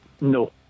No